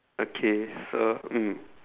okay so mm